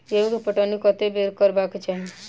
गेंहूँ केँ पटौनी कत्ते बेर करबाक चाहि?